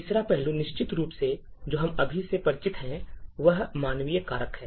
तीसरा पहलू निश्चित रूप से जो हम सभी से परिचित हैं वह मानवीय कारक है